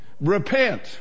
Repent